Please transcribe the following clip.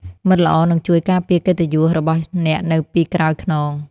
មិត្តល្អនឹងជួយការពារកិត្តិយសរបស់អ្នកនៅពីក្រោយខ្នង។